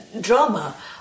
drama